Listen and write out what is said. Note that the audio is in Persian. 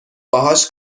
باهاش